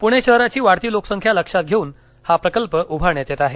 पुणे शहराची वाढती लोकसंख्या लक्षात घेऊन हा प्रकल्प उभारण्यात येत आहे